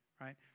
Right